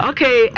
Okay